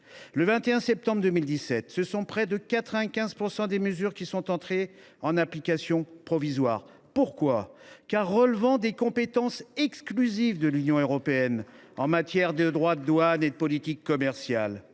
Le 21 septembre 2017, près de 95 % des mesures du Ceta sont entrées en application provisoire, car elles relevaient des compétences exclusives de l’Union européenne en matière de droits de douane et de politique commerciale.